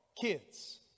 kids